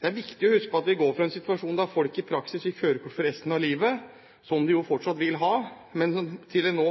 Det er viktig å huske på at vi går fra en situasjon der folk i praksis fikk førerkort for resten av livet – som de jo fortsatt vil ha – til nå